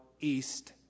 east